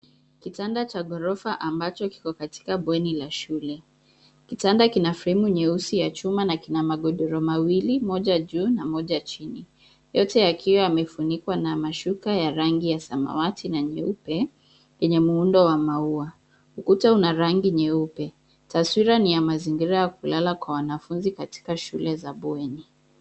Kitanda cha ghorofa ambacho kiko katika bweni la shule. Kitanda kina fremu nyeusi ya chuma na kina magodoro mawili, moja juu na moja chini, yote yakiwa yamefunikwa na mashuka ya rangi ya samawati na nyeupe enye muundo wa maua. Ukuta una rangi nyeupe. Taswira ni ya mazingira ya kulala kwa wanafunzi katika shule za bweni.